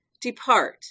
Depart